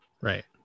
Right